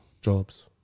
jobs